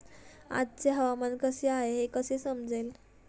आजचे हवामान कसे आहे हे कसे समजेल?